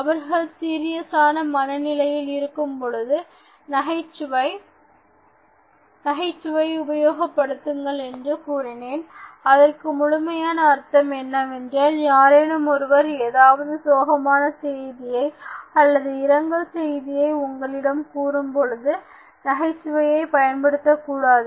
ஒருவர் சீரியஸான மனநிலையில் இருக்கும் பொழுது நகைச்சுவையை உபயோகப்படுத்துங்கள் என்று கூறினேன் அதற்கு முழுமையான அர்த்தம் என்னவென்றால் யாரேனும் ஒருவர் ஏதாவது சோகமான செய்தியை அல்லது இரங்கல் செய்தியை உங்களிடம் கூறும் பொழுது நகைச்சுவையை பயன்படுத்தக்கூடாது